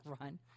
run